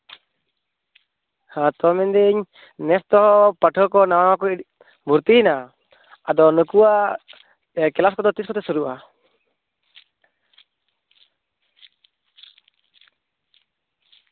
ᱦᱮᱸ ᱛᱚ ᱢᱮᱱᱫᱤᱧ ᱱᱮᱥ ᱫᱚ ᱯᱟᱹᱴᱷᱣᱟᱹ ᱠᱚ ᱱᱟᱣᱟ ᱠᱚ ᱵᱷᱩᱨᱛᱤᱭᱱᱟ ᱟᱫᱚ ᱱᱩᱠᱩᱣᱟᱜ ᱠᱞᱟᱥ ᱠᱚᱫᱚ ᱛᱤᱥ ᱠᱚᱛᱮ ᱥᱩᱨᱩᱜᱼᱟ